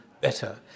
better